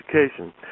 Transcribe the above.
education